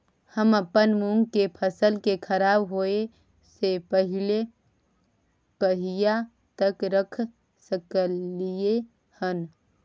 हम अपन मूंग के फसल के खराब होय स पहिले कहिया तक रख सकलिए हन?